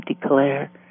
declare